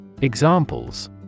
Examples